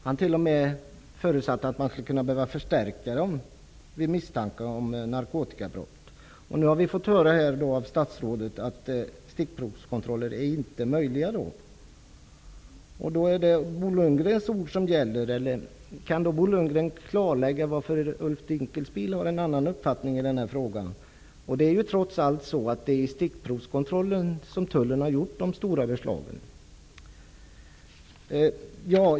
Han förutsatte t.o.m. att de vid misstanke om narkotikabrott skulle kunna förstärkas. Vi har nu fått höra av statsrådet Lundgren att stickprovskontroller inte är möjliga. Är det Bo Lundgrens ord som gäller eller kan Bo Lundgren klarlägga varför Ulf Dinkelspiel har en annan uppfattning i frågan? Det är trots allt genom stickprovskontroller som man vid Tullen har gjort de stora beslagen.